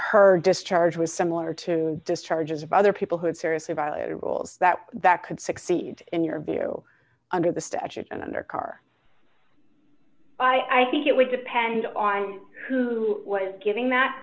her discharge was similar to the charges of other people who had serious about rules that that could succeed in your view under the statute and under car i think it would depend on who was giving that